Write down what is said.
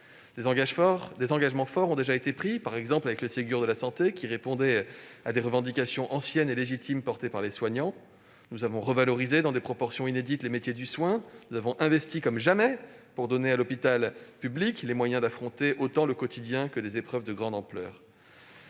Des engagements forts ont déjà été pris, par exemple avec le Ségur de la santé, qui répondait à des revendications anciennes et légitimes formulées par les soignants. Nous avons revalorisé, dans des proportions inédites, les métiers du soin ; nous avons investi comme jamais, pour donner à l'hôpital public les moyens d'affronter tant le quotidien que des épreuves de grande ampleur.